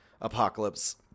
apocalypse